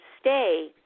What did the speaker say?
stay